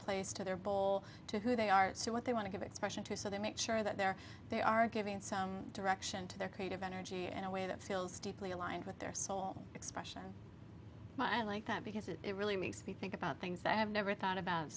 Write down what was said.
place to their bowl to who they are so what they want to give expression to so they make sure that their they are giving some direction to their creative energy and a way that feels deeply aligned with their soul expression i like that because it really makes me think about things that i have never thought about